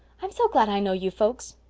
i'm so glad i know you folks.